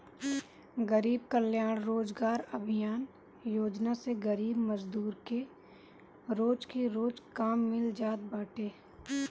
गरीब कल्याण रोजगार अभियान योजना से गरीब मजदूर के रोज के रोज काम मिल जात बाटे